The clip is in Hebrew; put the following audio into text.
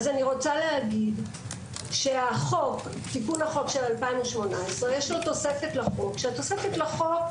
אני רוצה להגיד שלתיקון לחוק של 2018 יש תוספת שקובעת